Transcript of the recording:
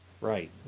Right